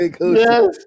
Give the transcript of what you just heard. yes